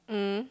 mm